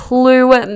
Clue